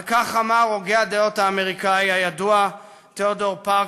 על כך אמר הוגה הדעות האמריקני הידוע תיאודור פארקר,